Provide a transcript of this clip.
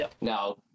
Now